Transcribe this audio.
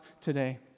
today